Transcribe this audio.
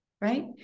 right